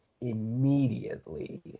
immediately